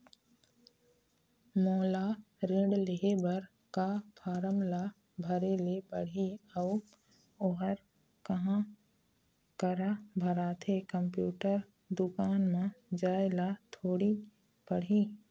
मोला ऋण लेहे बर का फार्म ला भरे ले पड़ही अऊ ओहर कहा करा भराथे, कंप्यूटर दुकान मा जाए ला थोड़ी पड़ही?